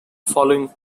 following